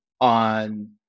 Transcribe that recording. on